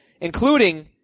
including